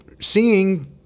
seeing